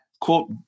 quote